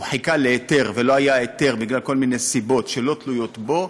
הוא חיכה להיתר ולא היה היתר בגלל כל מיני סיבות שלא תלויות בו,